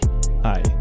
hi